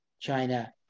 China